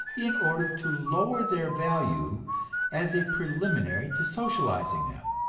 in order to lower their value as a preliminary to socializing them.